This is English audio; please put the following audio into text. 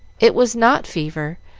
it was not fever,